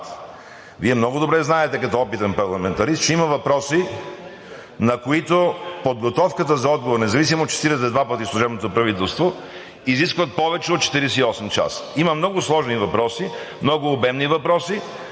Вие много добре знаете като опитен парламентарист, че има въпроси, на които подготовката за отговор, независимо че цитирате два пъти служебното правителство, изискват повече от 48 часа. Има много сложни въпроси, много обемни въпроси,